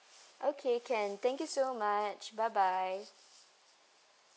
okay can thank you so much bye bye